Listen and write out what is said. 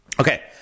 Okay